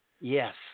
Yes